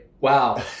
Wow